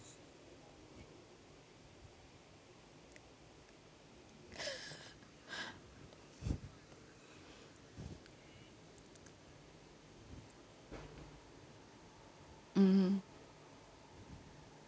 mmhmm